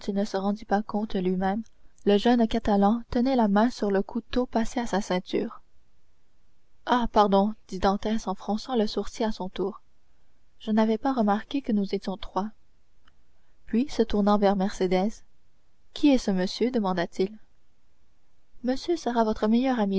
ne se rendit pas compte lui-même le jeune catalan tenait la main sur le couteau passé à sa ceinture ah pardon dit dantès en fronçant le sourcil à son tour je n'avais pas remarqué que nous étions trois puis se tournant vers mercédès qui est ce monsieur demanda-t-il monsieur sera votre